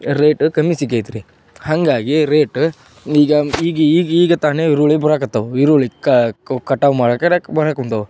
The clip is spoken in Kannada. ರೇಟ್ ಕಮ್ಮಿ ಸಿಕೈತ್ರಿ ಹಾಗಾಗಿ ರೇಟ ಈಗ ಈಗ ಈಗ ಈಗ ತಾನೇ ಈರುಳ್ಳಿ ಬರಕತ್ತವು ಈರುಳ್ಳಿ ಕಟಾವು ಮಾಡಕ್ಕೆ ಬರಕುಂತವು